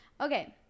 Okay